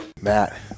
Matt